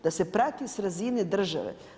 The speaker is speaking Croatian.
Da se prati s razine države.